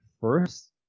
first